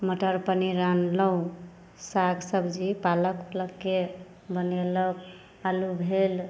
मटर पनीर आनलहुॅं साग सब्जी पालक पुलकके बनेलहुॅं आलू भेल